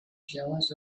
jealous